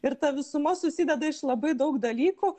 ir ta visuma susideda iš labai daug dalykų